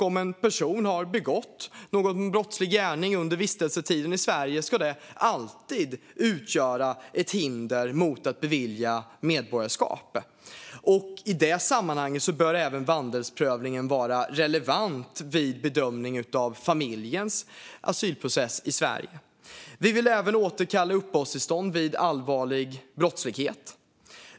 Om en person har begått någon brottslig gärning under vistelsetiden i Sverige ska det alltid utgöra ett hinder mot att bevilja medborgarskap. I det sammanhanget bör även vandelsprövningen vara relevant vid bedömningen av familjens asylprocess i Sverige. Vi vill återkalla uppehållstillstånd vid allvarlig brottslighet.